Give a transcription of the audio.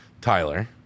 Tyler